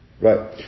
Right